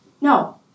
No